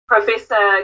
Professor